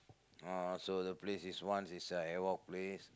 uh so the place is once is a havoc place